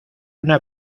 una